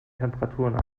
temperaturen